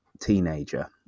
teenager